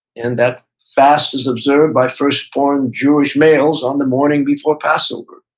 and that fast is observed by firstborn jewish males on the morning before passover.